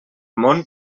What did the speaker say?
món